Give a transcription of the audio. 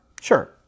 sure